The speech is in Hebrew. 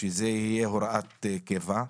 שזה יהיה הוראת קבע,